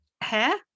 hair